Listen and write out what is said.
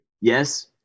Yes